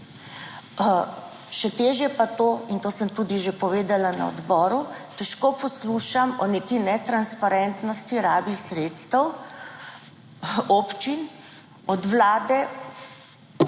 Še težje pa to in to sem tudi že povedala na odboru, težko poslušam o neki netransparentnosti rabi sredstev občin od Vlade,